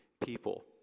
people